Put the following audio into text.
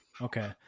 Okay